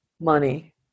Money